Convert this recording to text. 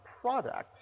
product